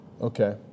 Okay